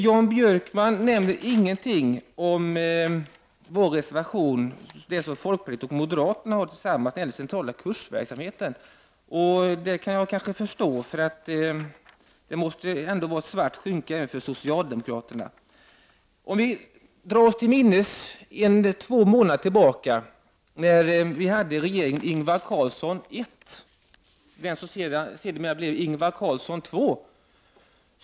Jan Björkman kommenterar inte alls den reservation som både moderaterna och folkpartiet står bakom och som gäller den centrala kursverksamheten. Det kan jag nog förstå. Den måste vara som ett svart skynke för socialdemokraterna. Vi kan väl dra oss till minnes vad som hände för två månader sedan. Då hade vi regeringen Ingvar Carlsson I. Sedan blev det Ingvar Carlsson II.